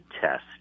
test